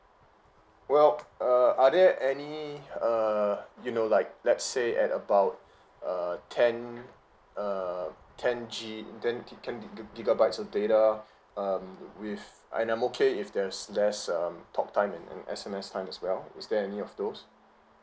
well uh are there any uh you know like let's say at about err ten err ten G ten gig~ ten giga~ gigabytes of data um with and I'm okay if there'S less um talk time and and S_M_S time as well is there any of those